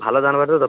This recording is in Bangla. ভালো ধান হবে তো দা